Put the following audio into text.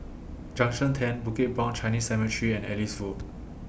Junction ten Bukit Brown Chinese Cemetery and Ellis Road